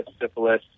syphilis